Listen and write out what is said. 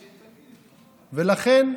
ולכן,